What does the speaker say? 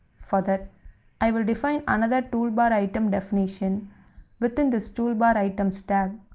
for that i will define another toolbaritem definition within this toolbaritems tag.